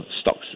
stocks